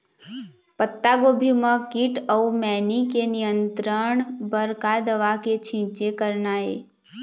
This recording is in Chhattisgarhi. पत्तागोभी म कीट अऊ मैनी के नियंत्रण बर का दवा के छींचे करना ये?